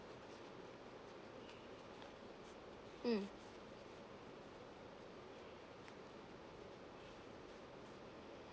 mm